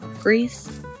Greece